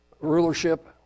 rulership